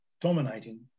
dominating